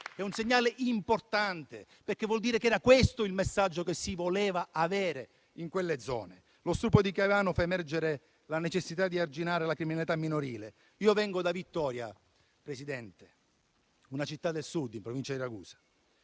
è un segnale importante, perché vuol dire che era questo il messaggio che si voleva avere in quelle zone. Lo stupro di Caivano fa emergere la necessità di arginare la criminalità minorile. Io vengo da Vittoria, Presidente, una città del Sud, in provincia di Ragusa,